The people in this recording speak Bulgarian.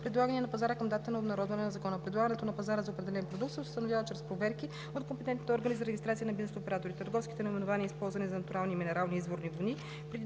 предлагани на пазара към датата на обнародване на закона. Предлагането на пазара за определен продукт се установява чрез проверки от компетентните органи за регистрация на бизнес операторите. Търговските наименования, използвани за натурални минерални и изворни води